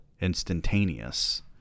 instantaneous